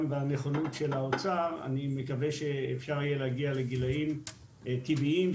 בנכונות של האוצר אפשר יהיה להגיע לגילאים טבעיים,